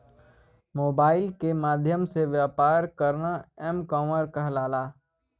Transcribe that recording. mobile के माध्यम से व्यापार करना एम कॉमर्स कहलाला